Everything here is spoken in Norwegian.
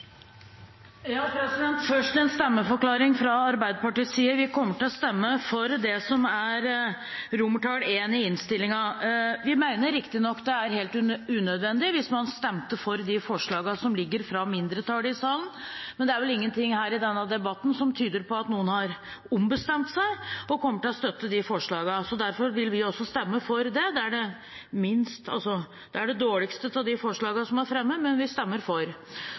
en stemmeforklaring fra Arbeiderpartiets side. Vi kommer til å stemme for I i innstillingen. Vi mener riktignok det er helt unødvendig hvis man stemte for forslagene fra mindretallet i salen, men det er ingenting her i denne debatten som tyder på at noen har ombestemt seg og kommer til å støtte de forslagene, så derfor vil vi også stemme for det. Det er det dårligste av forslagene som er fremmet, men vi stemmer for.